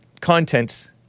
contents